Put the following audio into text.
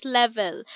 level